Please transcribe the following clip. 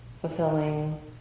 fulfilling